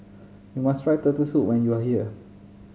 you must try Turtle Soup when you are here